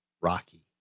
rocky